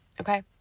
Okay